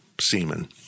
semen